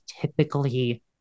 typically